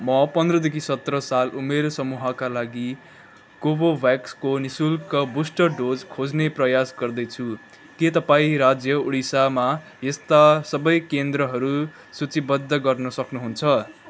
म पन्ध्रदेखि सत्र साल उमेर समूहका लागि कोभोभ्याक्सको निःशुल्क बुस्टर डोज खोज्ने प्रयास गर्दैछु के तपाईँँ राज्य ओडिसामा यस्ता सबै केन्द्रहरू सूचीबद्ध गर्न सक्नुहुन्छ